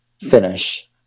finish